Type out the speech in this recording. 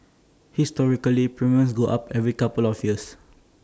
historically premiums go up every couple of years